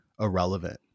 irrelevant